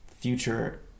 future